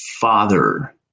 father